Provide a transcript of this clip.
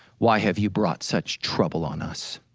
why have you brought such trouble on us?